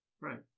Right